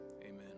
Amen